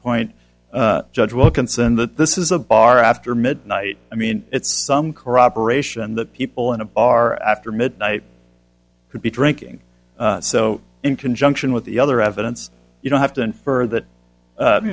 point judge wilkinson that this is a bar after midnight i mean it's some corroboration that people in a bar after midnight could be drinking so in conjunction with the other evidence you don't have to infer that